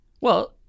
well-